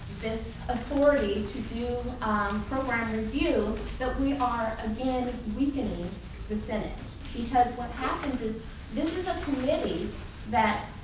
this authority to do program review that we are again weakening the senate because what happens is this is a committee that